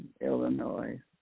Illinois